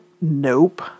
Nope